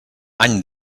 any